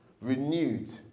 renewed